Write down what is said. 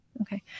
Okay